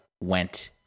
went